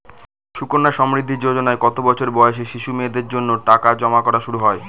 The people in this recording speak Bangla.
সুকন্যা সমৃদ্ধি যোজনায় কত বছর বয়সী শিশু মেয়েদের জন্য টাকা জমা করা শুরু হয়?